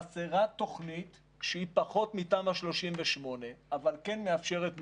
חסרה תוכנית שהיא פחות מתמ"א 38 אבל כן מאפשרת מיגון.